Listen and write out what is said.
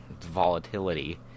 volatility